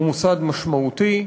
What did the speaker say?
הוא מוסד משמעותי,